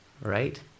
right